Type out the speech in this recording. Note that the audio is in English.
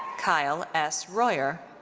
kyle s. royer.